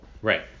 Right